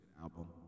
album